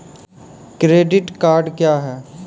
Credit card क्या हैं?